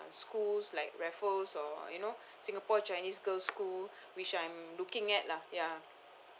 schools like raffles or you know singapore chinese girl school which I'm looking at lah ya